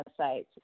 websites